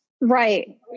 right